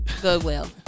Goodwill